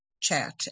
chat